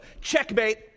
Checkmate